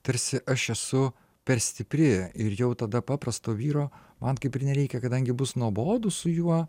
tarsi aš esu per stipri ir jau tada paprasto vyro man kaip ir nereikia kadangi bus nuobodu su juo